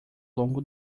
longo